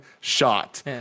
shot